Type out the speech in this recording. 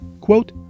Quote